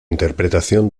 interpretación